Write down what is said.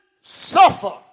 suffer